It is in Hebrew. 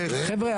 חבר'ה,